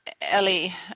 Ellie